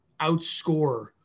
outscore